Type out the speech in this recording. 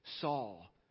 Saul